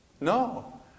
No